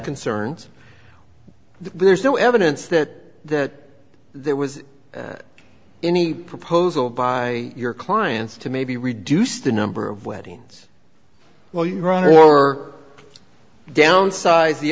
concerns there's no evidence that there was any proposal by your clients to maybe reduce the number of weddings well you run or downsize the